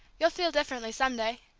you'll feel differently some day.